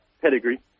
pedigree